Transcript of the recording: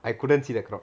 I couldn't see the crowd